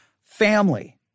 family